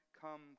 come